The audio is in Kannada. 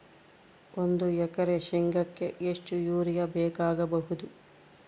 ಒಂದು ಎಕರೆ ಶೆಂಗಕ್ಕೆ ಎಷ್ಟು ಯೂರಿಯಾ ಬೇಕಾಗಬಹುದು?